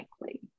likely